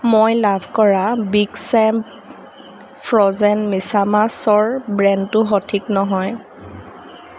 মই লাভ কৰা বিগ চেম্ ফ্ৰ'জেন মিছামাছৰ ব্ৰেণ্ডটো সঠিক নহয়